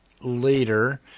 later